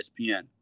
ESPN